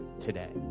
today